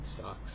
sucks